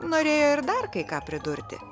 norėjo ir dar kai ką pridurti